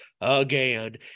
again